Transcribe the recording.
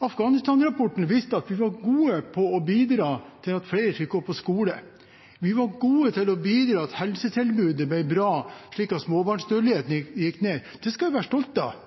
Afghanistan-rapporten viste at vi var gode til å bidra til at flere fikk gå på skole. Vi var gode til å bidra til at helsetilbudet ble bra, slik at småbarnsdødeligheten gikk ned. Det skal vi være stolte av.